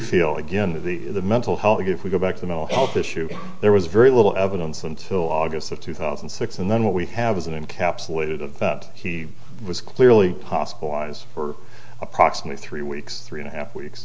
feel again that the mental health if we go back to the mental health issue there was very little evidence until august of two thousand and six and then what we have is in capsulated of that he was clearly possible lies for approximately three weeks three and a half weeks